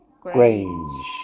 grange